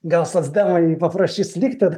gal socdemai paprašys likti